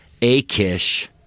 Akish